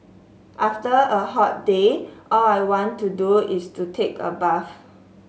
after a hot day all I want to do is to take a bath